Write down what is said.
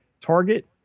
Target